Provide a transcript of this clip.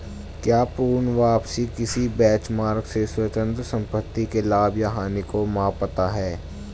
क्या पूर्ण वापसी किसी बेंचमार्क से स्वतंत्र संपत्ति के लाभ या हानि को मापता है?